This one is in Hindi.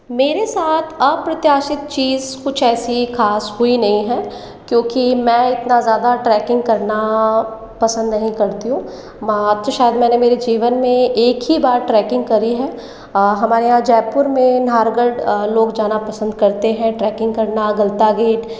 मेरे साथ अप्रत्याशित चीज़ कुछ ऐसी खास हुई नहीं है क्योंकि मैं इतना ज़्यादा ट्रैकिंग करना पसंद नहीं करती हूँ मात्र शायद मैंने मेरे जीवन में एक ही बार ट्रैकिंग करी है हमारे यहाँ जयपुर में नारगढ़ लोग जाना पसंद करते है ट्रैकिंग करना गलता गेट